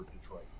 Detroit